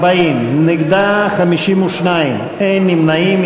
40, נגד, 52, אין נמנעים.